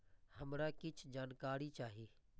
हमरा कीछ जानकारी चाही